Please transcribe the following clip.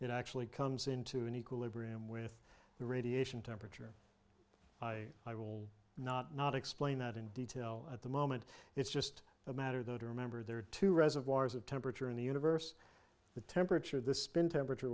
it actually comes into an equilibrium with the radiation temperature i i will not not explain that in detail at the moment it's just a matter though to remember there are two reservoirs of temperature in the universe the temperature the spin temperature